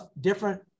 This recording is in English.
different